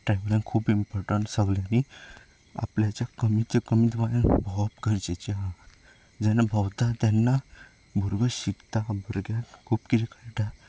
travelling खूब important सगळ्यांनी आपल्या कमीच्या कमीत वयान भोंवप गरजेचें आसा जेन्ना भोंवता तेन्ना भुरगो शिकता भुरग्याक खूब कितें कळटा